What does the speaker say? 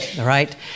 right